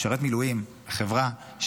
משרת מילואים בחברה,